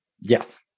Yes